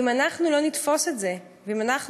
אם אנחנו לא נתפוס את זה ואם אנחנו